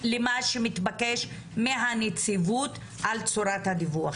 למה שמתבקש מהנציבות על צורת הדיווח.